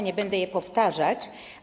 Nie będę ich powtarzać.